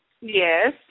Yes